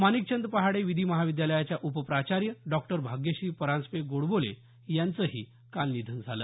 माणिकचंद पहाडे विधी महाविद्यालयाच्या उपप्राचार्य डॉक्टर भाग्यश्री परांजपे गोडबोले यांचंही काल निधन झालं